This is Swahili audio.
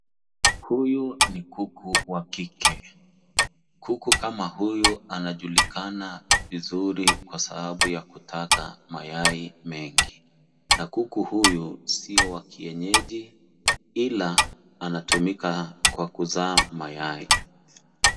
Huyu ni kuku wa kike. Kuku kama huyu anajulikana vizuri kwa sababu ya kutaga mayai mengi na kuku huyu sio wa kienyeji ila anatumia kwa kuzaa mayai.